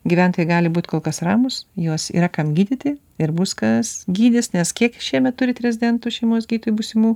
gyventojai gali būti kol kas ramūs juos yra kam gydyti ir bus kas gydys nes kiek šiemet turite rezidentų šeimos gydytojų būsimų